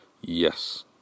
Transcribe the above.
yes